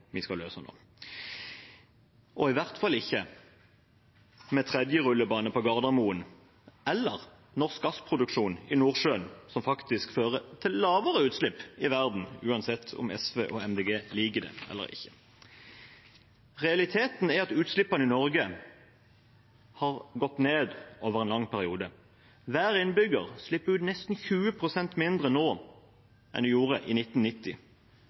vi skal løse nå, og i hvert fall ikke med en tredje rullebane på Gardermoen eller norsk gassproduksjon i Nordsjøen, som faktisk fører til lavere utslipp i verden, enten SV og Miljøpartiet De Grønne liker det eller ikke. Realiteten er at utslippene i Norge har gått ned over en lang periode. Hver innbygger slipper ut nesten 20 pst. mindre nå enn de gjorde i 1990.